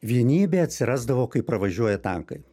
vienybė atsirasdavo kai pravažiuoja tankai